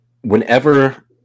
whenever